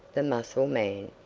the mussel-man,